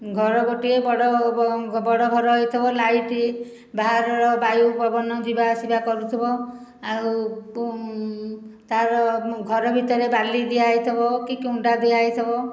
ଘର ଗୋଟେ ବଡ଼ ବଡ଼ ଘର ହୋଇଥିବ ଲାଇଟ ବାହାରର ବାୟୁ ପବନ ଯିବା ଆସିବା କରୁଥିବ ଆଉ ତାର ଘର ଭିତରେ ବାଲି ଦିଆହୋଇଥିବ କି କୁଣ୍ଡା ଦିଆ ହୋଇଥିବ